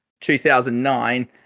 2009